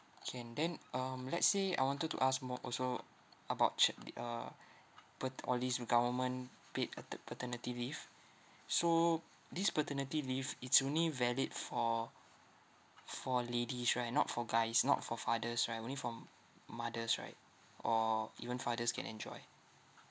can then um let's say I wanted to task more also about ch~ the uh pert~ all these the government paid uh tert~ paternity leave so this paternity leave it's only valid for for ladies right not for guys not for fathers right only for m~ mothers right or even fathers can enjoy